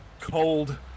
cold